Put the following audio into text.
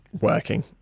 working